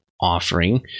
offering